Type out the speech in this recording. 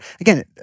again